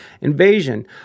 invasion